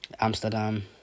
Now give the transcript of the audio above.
Amsterdam